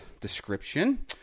description